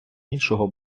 іншого